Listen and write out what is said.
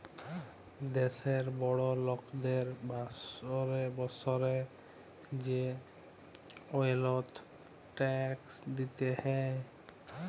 দ্যাশের বড় লকদের বসরে বসরে যে ওয়েলথ ট্যাক্স দিতে হ্যয়